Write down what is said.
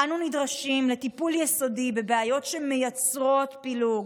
אנו נדרשים לטיפול יסודי בבעיות שמייצרות פילוג,